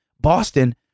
Boston